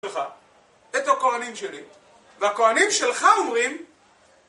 את הכהנים שלי והכהנים שלך אומרים